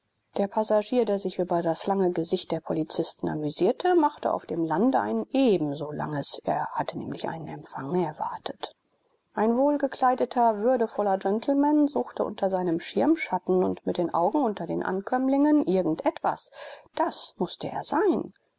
der passagier der sich über das lange gesicht der polizisten amüsierte machte auf dem lande ein ebenso langes er hatte nämlich einen empfang erwartet ein wohlgekleideter würdevoller gentleman suchte unter seinem schirm schatten und mit den augen unter den ankömmlingen irgend etwas das mußte er sein